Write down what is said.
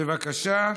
בבקשה.